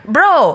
Bro